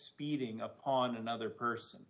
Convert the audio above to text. speeding up on another person